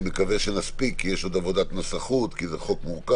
אני מקווה שנספיק כי יש עוד עבודת נסחות כי מדובר בחוק מורכב.